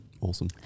Awesome